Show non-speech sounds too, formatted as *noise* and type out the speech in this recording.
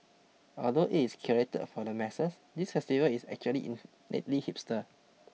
although it is curated for the masses this festival is actually in *unintelligible* hipster